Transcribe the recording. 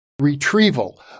retrieval